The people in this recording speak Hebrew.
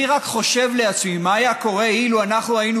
אני רק חושב לעצמי מה היה קורה אילו אנחנו היינו